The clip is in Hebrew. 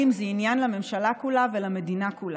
זה עניין לממשלה כולה ולמדינה כולה.